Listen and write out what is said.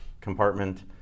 compartment